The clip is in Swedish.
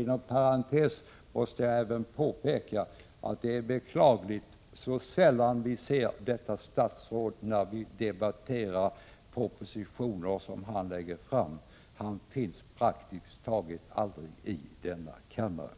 Inom parentes måste jag även påpeka att det är beklagligt sällan vi ser detta statsråd när vi debatterar propositioner som han framlägger för riksdagen. Han finns praktiskt taget aldrig i denna kammare.